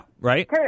right